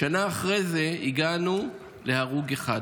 בשנה אחרי זה הגענו להרוג אחד.